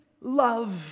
love